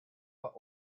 what